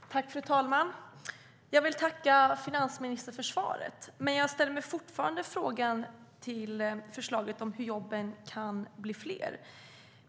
STYLEREF Kantrubrik \* MERGEFORMAT Svar på interpellationerMen jag ställer mig fortfarande frågande till förslaget om hur jobben kan bli fler.